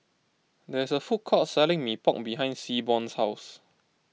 there is a food court selling Mee Pok behind Seaborn's house